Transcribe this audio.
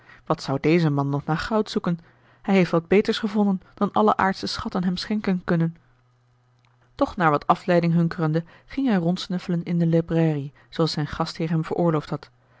wat zou deze man nog naar goud zoeken hij heeft wat beters gevonden dan alle aardsche schatten hem schenken kunnen toch naar wat afleiding hunkerende ging hij rondsnuffelen in de librairie zooals zijn gastheer hem veroorloofd had